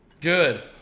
good